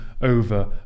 over